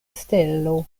stelo